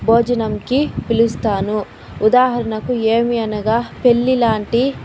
భోజనంకి పిలుస్తాను ఉదాహరణకు ఏమి అనగా పెళ్ళి లాంటి